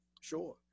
Sure